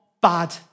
bad